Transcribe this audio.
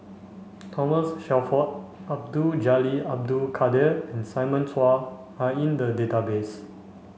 Thomas Shelford Abdul Jalil Abdul Kadir and Simon Chua are in the database